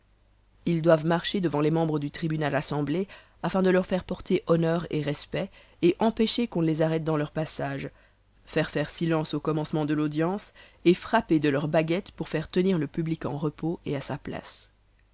ils doivent marcher devant les membres du tribunal assemblés afin de leur faire porter honneur et respect et empêcher qu'on ne les arrête dans leur passage faire faire silence au commencement de l'audience et frapper de leur baguette pour faire tenir le public en repos et à sa place